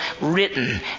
written